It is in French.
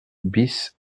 bis